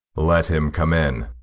let him come in